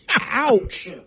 Ouch